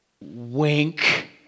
Wink